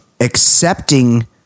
accepting